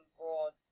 broad